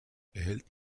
erhält